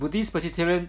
buddhist vegetarian